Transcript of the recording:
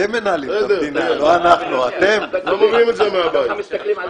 אתם מנהלים את המדינה,